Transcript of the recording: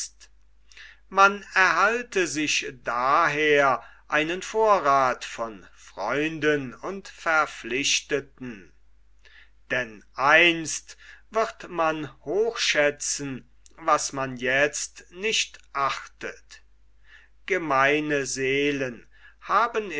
man erhalte sich daher einen vorrath von freunden und verpflichteten denn einst wird man hoch schätzen was man jetzt nicht achtet gemeine seelen haben